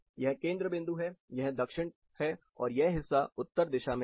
यह केंद्र बिंदु है यह दक्षिण है और यह हिस्सा उत्तर दिशा में है